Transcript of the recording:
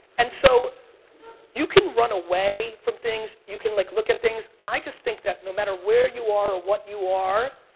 and so you can run away from things, you can like look at things, i just think that, no matter where you are or what you are,